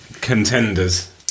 contenders